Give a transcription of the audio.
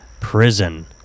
prison